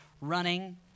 running